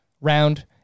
round